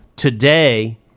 Today